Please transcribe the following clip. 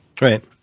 Right